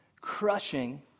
crushing